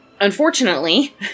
Unfortunately